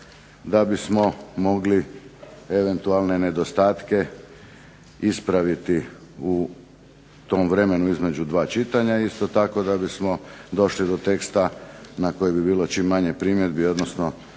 da bismo mogli eventualne nedostatke ispraviti u tom vremenu između dva čitanja. Isto tako da bismo došli do teksta na koje bi bilo čim manje primjedbi, odnosno